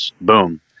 boom